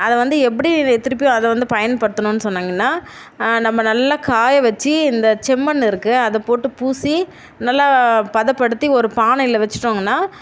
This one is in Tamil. அதை வந்து எப்படி திருப்பி அதை வந்து பயன்படுத்தணும்னு சொன்னாங்கன்னா நம்ம நல்லா காய வச்சு இந்த செம்மண் இருக்குது அதை போட்டு பூசி நல்லா பதப்படுத்தி ஒரு பானையில வச்சிட்டோங்கன்னா